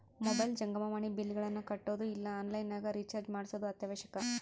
mobile ಜಂಗಮವಾಣಿ ಬಿಲ್ಲ್ಗಳನ್ನ ಕಟ್ಟೊದು ಇಲ್ಲ ಆನ್ಲೈನ್ ನಗ ರಿಚಾರ್ಜ್ ಮಾಡ್ಸೊದು ಅತ್ಯವಶ್ಯಕ